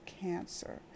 cancer